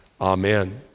amen